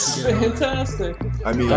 Fantastic